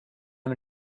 him